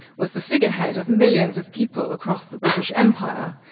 was the figurehead of millions of people across the british empire,